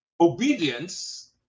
obedience